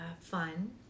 fun